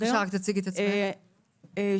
אקי"ם.